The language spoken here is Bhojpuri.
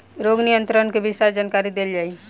रोग नियंत्रण के विस्तार जानकरी देल जाई?